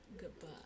goodbye